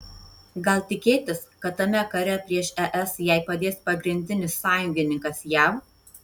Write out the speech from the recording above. gal tikėtis kad tame kare prieš es jai padės pagrindinis sąjungininkas jav